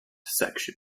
section